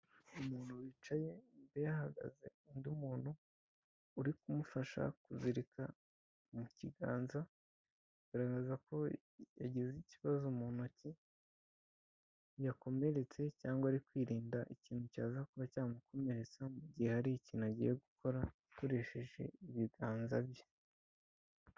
umuntu wicaye ,imbere ye hahagaze undi muntu uri kumufasha kuzirika mu kiganza. Agaragaza ko yagize ikibazo mu ntoki ,yakomeretse cyangwa ari kwirinda ikintu cyaza kuba cyamukomeretsa mugihe hari ikintu agiye gukora akoresheje ibiganza bye.